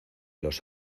los